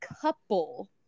couple